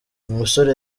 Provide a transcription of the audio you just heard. umusore